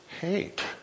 hate